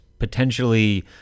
potentially